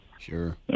Sure